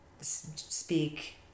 speak